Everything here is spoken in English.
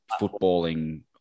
footballing